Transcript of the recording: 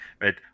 right